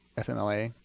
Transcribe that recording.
fmla,